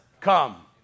come